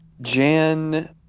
Jan